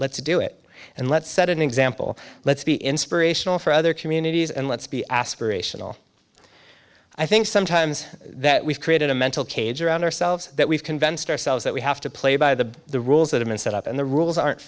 let's do it and let's set an example let's be inspirational for other communities and let's be aspirational i think sometimes that we've created a mental cage around ourselves that we've convinced ourselves that we have to play by the the rules that have been set up and the rules aren't